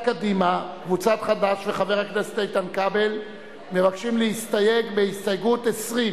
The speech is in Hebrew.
סיעת חד"ש וקבוצת סיעת מרצ לאחרי סעיף 3 לא נתקבלה.